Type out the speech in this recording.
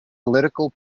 political